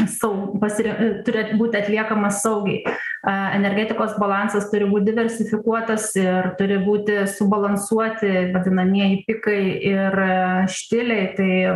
sau pasirin e turi būti atliekamas saugiai a energetikos balansas turi būt diversifikuotas ir turi būti subalansuoti vadinamieji pikai ir štiliai tai